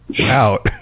out